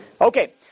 Okay